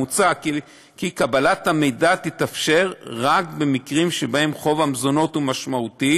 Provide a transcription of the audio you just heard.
מוצע כי קבלת המידע תתאפשר רק במקרים שבהם חוב המזונות הוא משמעותי